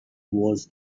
was